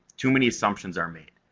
too many assumptions are made.